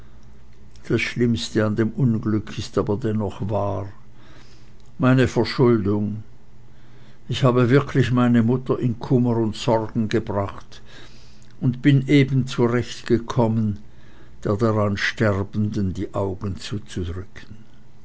das schlimmste an dem unglück ist aber dennoch wahr meine verschuldung ich habe wirklich meine mutter in kummer und sorgen gebracht und bin eben recht gekommen der daran sterbenden die augen zuzudrücken